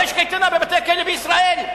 אמרתם קייטנה, יש קייטנה בבתי-הכלא בישראל.